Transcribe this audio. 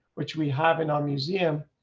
which we have in our museum.